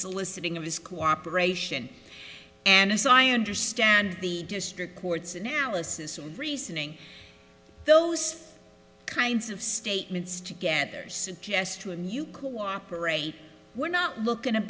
soliciting of his cooperation and as i understand the district court's analysis and reasoning those kinds of statements to get there suggest to him you cooperate we're not looking to